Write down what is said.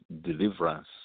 deliverance